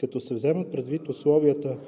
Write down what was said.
като се вземат предвид условията